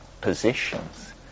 positions